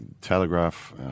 Telegraph